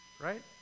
right